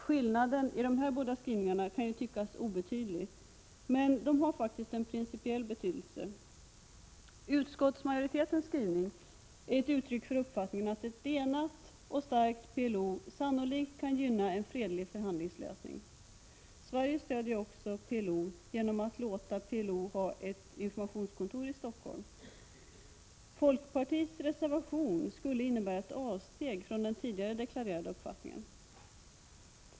Skillnaden i dessa båda skrivningar kan tyckas obetydlig, men den har faktiskt en principiell betydelse. Utskottsmajoritetens skrivning är ett uttryck för uppfattningen att ett enat och starkt PLO sannolikt kan gynna en fredlig förhandlingslösning. Sverige stöder ju också PLO genom att till skillnad från t.ex. Norge tillåta PLO att ha ett informationskontor — i Stockholm. Folkpartiets reservation skulle innebära ett avsteg från den tidigare deklarerade uppfattningen.